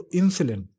insulin